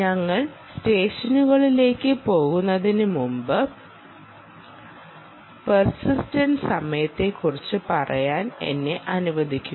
ഞങ്ങൾ സെഷനുകളിലേക്ക് പോകുന്നതിനുമുമ്പ് പെർസിസ്റ്റണ്ട് സമയത്തെ കുറച്ച് പറയാൻ എന്നെ അനുവദിക്കുക